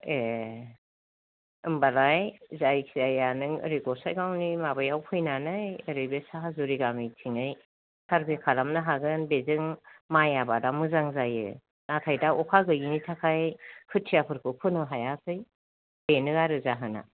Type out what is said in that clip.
ए होमबालाय जायखि जाया नों ओरै गसाइगावनि माबायाव फैनानै ओरै बे साहाजुरि गामिथिंयै सार्भे खालामनो हागोन बेजों माइ आबादा मोजां जायो नाथाय दा अखा गैयिनि थाखाय खोथियाफोरखौ फोनो हायाखै बेनो आरो जाहोना